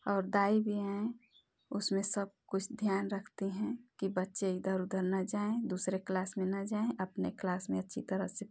और दाई भी है उसमें सब कुछ ध्यान रखते हैं कि बच्चे इधर उधर ना जाएँ दूसरी क्लास में न जाएँ अपनी क्लास में अच्छी तरह से